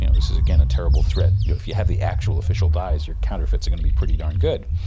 you know this is, again, a terrible threat. you know, if you have the actual official dyes your counterfeits are going to be pretty darn good.